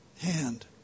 hand